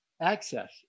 access